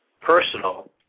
personal